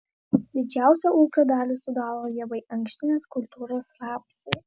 didžiausią ūkio dalį sudaro javai ankštinės kultūros rapsai